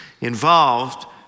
involved